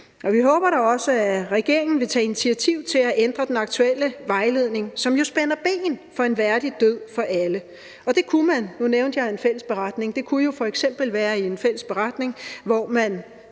vi håber da også, at regeringen vil tage initiativ til at ændre den aktuelle vejledning, som jo spænder ben for en værdig død for alle, og det kunne jo f.eks., som jeg nævnte, være i en fælles beretning, hvor man